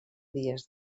dies